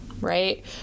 right